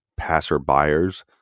passerbyers